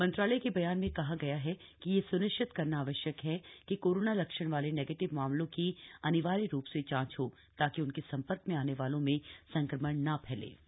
मंत्रालय के बयान में कहा गया है कि यह सुनिश्चित करना आवश्यक है कि कोरोना लक्षण वाले नेगेटिव मामलों की अनिवार्य रू से जांच हो ताकि उनके संधर्क में आने वालों में संक्रमण न फैल सके